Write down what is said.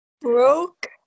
Broke